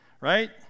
right